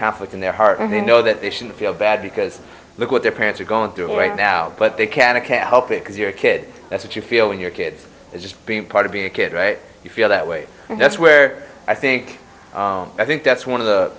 conflict in their heart and they know that they shouldn't feel bad because look what their parents are going through right now but they can a cat help you because you're a kid that's what you feel when your kid is just being part of being a kid right you feel that way and that's where i think i think that's one of the